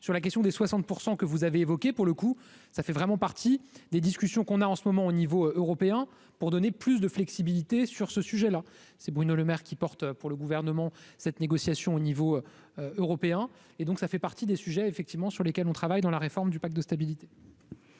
sur la question des 60 % que vous avez évoquées pour le coup, ça fait vraiment partie des discussions qu'on a en ce moment au niveau européen pour donner plus de flexibilité sur ce sujet-là, c'est Bruno Lemaire qui porte pour le gouvernement, cette négociation au niveau européen et donc ça fait partie des sujets effectivement sur lesquels on travaille dans la réforme du pacte de stabilité.